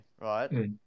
right